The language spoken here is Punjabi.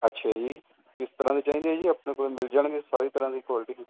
ਅੱਛਾ ਜੀ ਕਿਸ ਤਰ੍ਹਾਂ ਦੇ ਚਾਹੀਦੇ ਆ ਜੀ ਆਪਣੇ ਕੋਲ ਮਿਲ ਜਾਣਗੇ ਸਾਰੀ ਤਰ੍ਹਾਂ ਦੀ ਕੁਆਲਿਟੀ